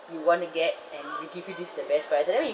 you want to get and they give you this is the best price and then when you